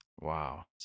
Wow